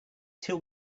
till